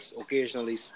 Occasionally